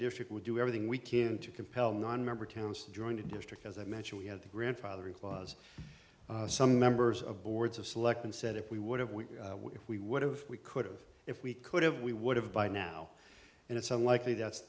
district we do everything we can to compel nonmember towns to join the district as i mentioned we had the grandfather clause some members of boards of select and said if we would have we if we would have we could've if we could have we would have by now and it's unlikely that